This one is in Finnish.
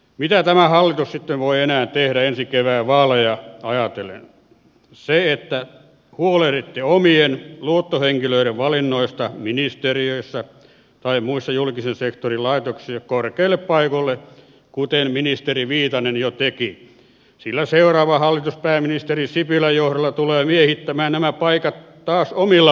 mikä tämä hallitus sitten voi enää tehdä ensi kevään vaaleja ajatellen se että huoleni ja omien luottohenkilöidenne valinnoista ministeriöissä tai muissa julkisen sektorin laitoksissa korkeille paikoille kuten ministeri viitanen jo teki kyllä seuraava hallitus pääministeri sipilän johdolla tulee miehittämään nämä paikat taas omilla